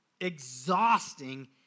exhausting